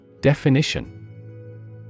Definition